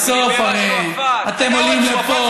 בסוף הרי אתם עולים לפה,